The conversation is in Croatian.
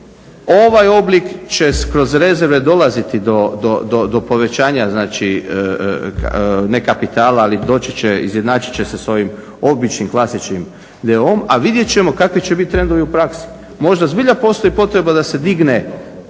ovaj oblik će kroz rezerve dolaziti do povećanja ne kapitala, ali doći će, izjednačit će se s ovim običnim klasičnim d.o.o., a vidjet ćemo kakvi će biti trendovi u praksi. Možda zbilja postoji potreba da se digne